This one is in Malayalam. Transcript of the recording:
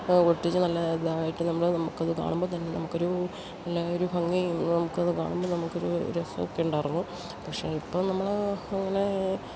ഒട്ടിച്ച് നല്ല ഇതായിട്ട് നമ്മൾ നമുക്കത് കാണുമ്പോൾ തന്നെ നമുക്കൊരു നല്ല ഒരു ഭംഗിയും നമുക്കത് കാണുമ്പോൾ നമുക്കൊരു രസം ഒക്കെ ഉണ്ടായിരുന്നു പക്ഷെ ഇപ്പം നമ്മൾ അങ്ങനെ